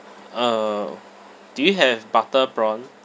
uh do you have butter prawn